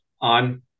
on